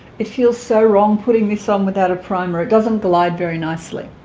it feels so wrong putting this on without a primer it doesn't glide very nicely